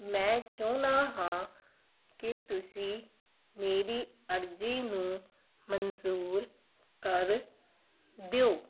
ਮੈਂ ਚਾਹੁੰਦਾ ਹਾਂ ਕਿ ਤੁਸੀਂ ਮੇਰੀ ਅਰਜ਼ੀ ਨੂੰ ਮਨਜ਼ੂਰ ਕਰ ਦਿਓ